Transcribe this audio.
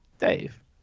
dave